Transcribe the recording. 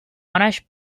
monash